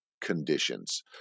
conditions